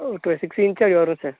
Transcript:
ஒரு twelve six இன்ச்சாவது வரும் சார்